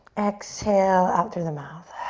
exhale out through the mouth.